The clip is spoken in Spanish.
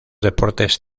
deportes